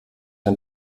ein